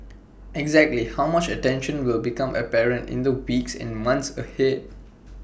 exactly how much attention will become apparent in the weeks and months ahead